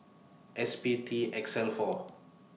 S P T X L four